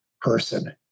person